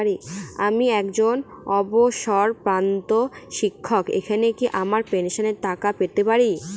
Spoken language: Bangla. আমি একজন অবসরপ্রাপ্ত শিক্ষক এখানে কি আমার পেনশনের টাকা পেতে পারি?